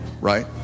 right